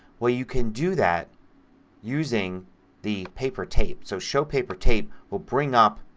well, you can do that using the paper tape. so show paper tape will bring up